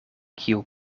kiu